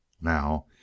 Now